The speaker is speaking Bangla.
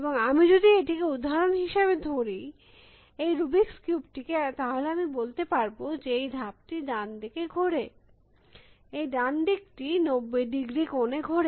এবং আমি যদি এটিকে উদাহরণ হিসাবে ধরি এই রুবিক্স কিউব টিকে তাহলে আমি বলতে পারব যে এই ধাপটি ডান দিকে ঘোরে এই ডান দিকটি 90 ডিগ্রী কোণ এ ঘোরে